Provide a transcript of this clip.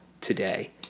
today